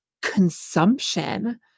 Consumption